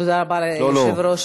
לא.